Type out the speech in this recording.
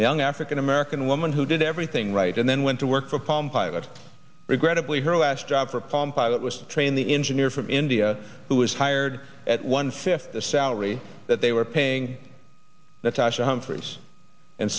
young african american woman who did everything right and then went to work for a palm pilot regrettably her last job for a palm pilot was to train the engineer from india who was hired at one fifth the salary that they were paying that's actually humphreys and